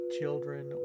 Children